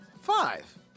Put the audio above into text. Five